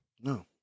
No